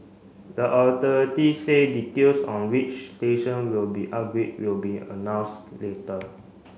the authority say details on which station will be upgrade will be announced later